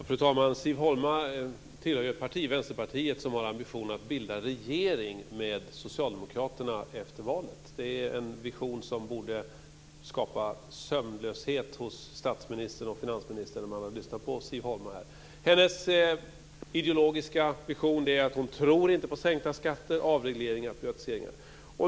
Fru talman! Siv Holma tillhör ju Vänsterpartiet som har ambitionen att bilda regering med Socialdemokraterna efter valet. Det är en vision som borde skapa sömnlöshet hos statsministern och finansministern om de lyssnat på Siv Holma. Hennes ideologiska vision är att hon inte tror på sänkta skatter, avregleringar och privatiseringar.